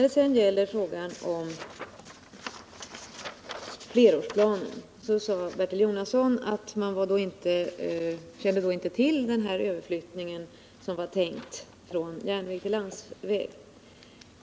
Beträffande frågan om flerårsplanen sade Bertil Jonasson att länsstyrelsen inte kände till den planerade överflyttningen från järnväg till landsväg.